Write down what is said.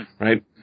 right